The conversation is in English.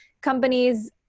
companies